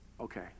okay